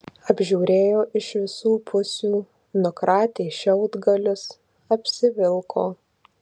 apžiūrėjo iš visų pusių nukratė šiaudgalius apsivilko